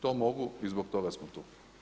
To mogu i zbog toga smo tu.